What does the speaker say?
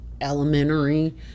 elementary